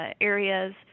areas